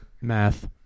math